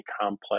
complex